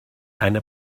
eine